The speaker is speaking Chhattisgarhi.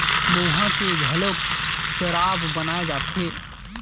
मउहा के घलोक सराब बनाए जाथे